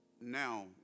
now